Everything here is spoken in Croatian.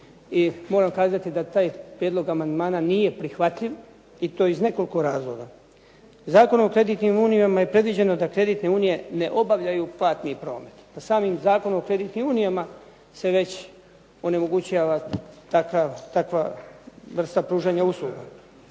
moram kazati da taj prijedlog amandmana nije prihvatljiv i to iz nekoliko razloga. Zakonom o kreditnim unijama je predviđeno da kreditne unije ne obavljaju platni promet, pa samim Zakonom o kreditnim unijama se već onemogućava takva vrsta pružanja usluga.